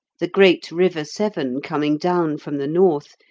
the great river severn coming down from the north,